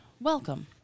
welcome